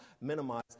minimize